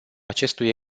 acestui